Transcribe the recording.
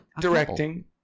Directing